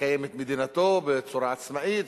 לקיים את מדינתו בצורה עצמאית,